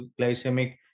glycemic